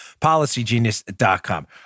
PolicyGenius.com